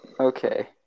Okay